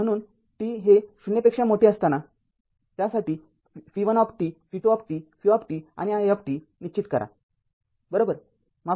म्हणून t 0 साठी v१ v२v आणि i निश्चित करा बरोबर